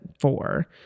four